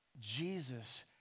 Jesus